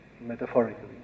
metaphorically